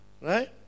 Right